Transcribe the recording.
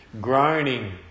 groaning